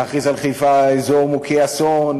להכריז על חיפה אזור מוכה אסון,